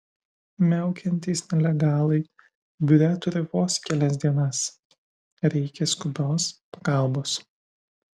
miaukiantys nelegalai biure turi vos kelias dienas reikia skubios pagalbos